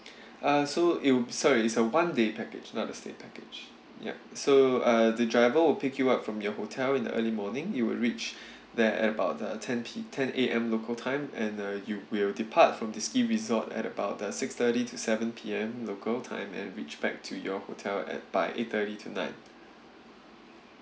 uh so it'll sorry it's a one day package not a stay package yup so uh the driver will pick you up from your hotel in the early morning you will reach there at about uh ten P~ ten A_M local time and uh you will depart from the ski resort at about uh six thirty to seven P_M local time and reach back to your hotel at by eight thirty to nine